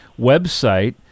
website